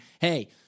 hey